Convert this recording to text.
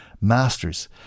masters